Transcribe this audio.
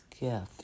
gift